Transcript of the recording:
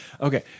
Okay